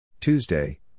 Tuesday